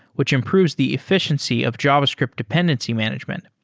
which improves the efficiency of javascript dependency management.